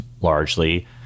largely